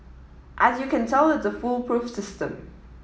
as you can tell it's a foolproof system